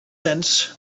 sense